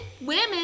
women